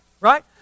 right